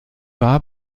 war